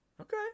Okay